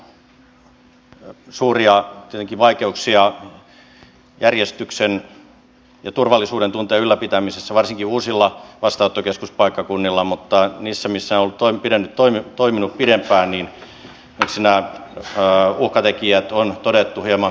meillä on tietenkin suuria vaikeuksia järjestyksen ja turvallisuudentunteen ylläpitämisessä varsinkin uusilla vastaanottokeskuspaikkakunnilla mutta siellä missä ne ovat toimineet pidempään nämä uhkatekijät on todettu hieman ylimitoitetuiksi